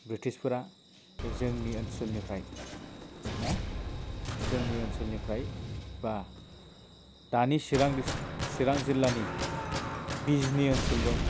बृटिसफोरा बे जोंनि ओनसोलनिफ्राय ना जोंनि ओनसोलनिफ्राय बा दानि चिरां डिस चिरां जिल्लानि बिजनि ओनसोलजों